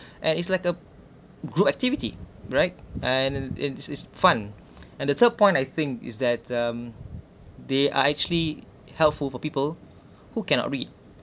and it's like a group activity right and it is fun and the third point I think is that um they are actually helpful for people who cannot read